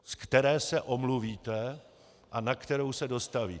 Z které se omluvíte a na kterou se dostavíte?